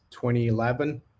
2011